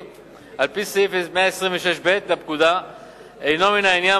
על-פי סעיף 126(ב) לפקודה אינה מן העניין,